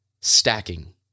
stacking